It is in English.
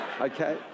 okay